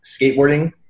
skateboarding